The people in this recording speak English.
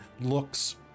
looks